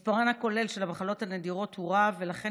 מספרן הכולל של המחלות הנדירות הוא רב ולכן